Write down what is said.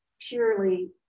purely